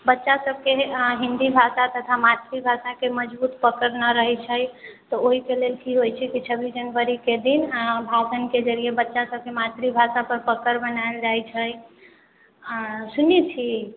बच्चा सबके हिन्दी भाषा तथा मातृभाषा के मजबूत पकड़ ना रहै छै तऽ ओहिके लेल कि होइ छै कि छब्बीस जनवरी के दिन भाषण के जरिये बच्चा सबके मातृभाषा पर पकड़ बनायल जाइ छै आ सुनै छी